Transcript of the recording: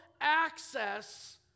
access